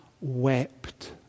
wept